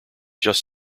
just